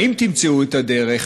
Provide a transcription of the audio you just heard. האם תמצאו את הדרך,